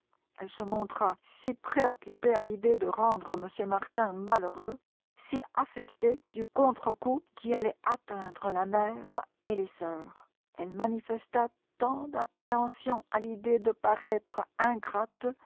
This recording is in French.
elle se montra si préoccupée à l'idée de rendre m martin malheureux si affectée du contre-coup qui allait atteindre la mère et les sœurs elle manifesta tant d'appréhension à l'idée de paraître ingrate